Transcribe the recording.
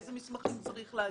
איזה מסמכים צריך להגיש.